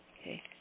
Okay